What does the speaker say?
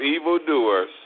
evildoers